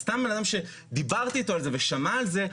או סתם אדם שדיברתי אתו על זה ושמע על זה,